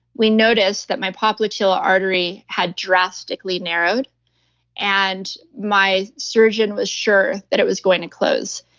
we noticed that my popliteal artery had drastically narrowed and my surgeon was sure that it was going to close.